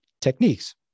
techniques